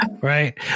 Right